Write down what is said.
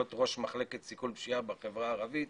ראש מחלקת סיכול פשיעה בחברה הערבית